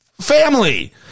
family